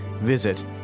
Visit